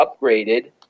upgraded